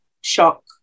shock